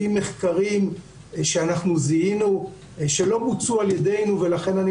שאנחנו זיהינו לפי מחקרים שלא בוצעו על-ידינו ולכן,